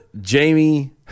Jamie